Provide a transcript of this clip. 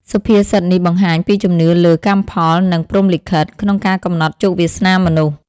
សុភាសិតនេះបង្ហាញពីជំនឿលើ «កម្មផល» និង «ព្រហ្មលិខិត» ក្នុងការកំណត់ជោគវាសនាមនុស្ស។